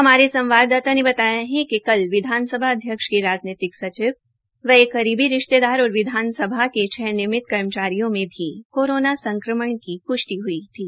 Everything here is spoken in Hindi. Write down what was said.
हमारे संवाददाता ने बताया कि कल विधानसभा अध्यक्ष के राजनीतिक सचिव व एक करीबी रिश्तेदार और विधानसभा के छ नियमित कर्मचारियों में कोरोना संक्रमण की पुष्टि हुई थी